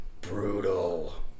brutal